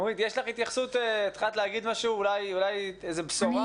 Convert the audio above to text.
נורית, התחלת להגיד משהו, אולי איזו בשורה.